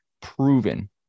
proven